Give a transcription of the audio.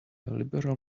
liberal